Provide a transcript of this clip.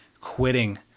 quitting